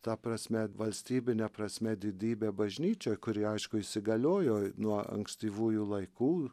ta prasme valstybine prasme didybę bažnyčia kuri aišku įsigaliojo nuo ankstyvųjų laikų